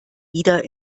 wieder